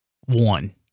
one